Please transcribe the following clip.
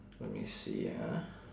let me see ah